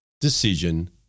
decision